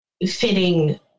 fitting